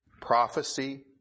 prophecy